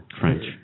French